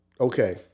Okay